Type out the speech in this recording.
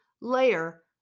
layer